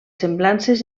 semblances